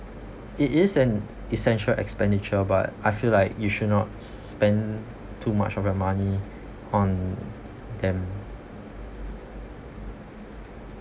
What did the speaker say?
it is an essential expenditure but I feel like you should not spend too much of your money on them